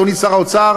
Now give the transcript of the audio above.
אדוני שר האוצר,